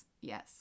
Yes